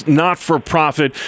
not-for-profit